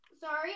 Sorry